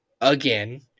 again